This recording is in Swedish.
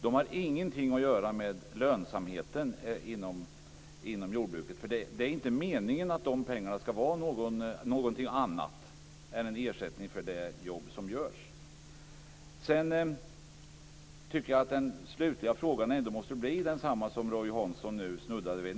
De har ingenting att göra med lönsamheten inom jordbruket. Det är inte meningen att de pengarna skall vara någonting annat än en ersättning för det jobb som görs. Sedan tycker jag att den slutliga frågan ändå måste bli densamma som Roy Hansson snuddade vid.